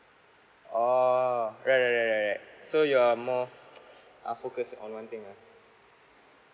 ah right right right right right so you're more ah focus on one thing lah